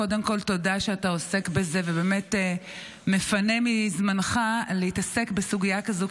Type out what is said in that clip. קודם כול תודה שאתה עוסק בזה ובאמת מפנה מזמנך להתעסק בסוגיה כזו,